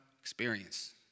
experience